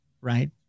right